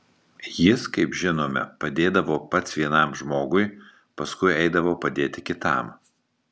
jis kaip žinome padėdavo pats vienam žmogui paskui eidavo padėti kitam